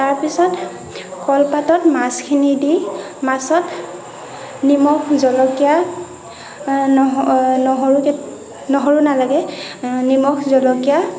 তাৰ পিছত কলপাতত মাছখিনি দি মাছত নিমখ জলকীয়া নহ নহৰু কেই নহৰু নালাগে নিমখ জলকীয়া